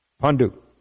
Pandu